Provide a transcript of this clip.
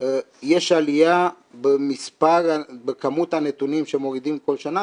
יש עלייה בכמות הנתונים שמורידים כל שנה